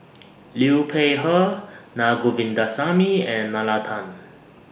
Liu Peihe Na Govindasamy and Nalla Tan